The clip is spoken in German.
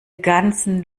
ganzen